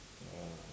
uh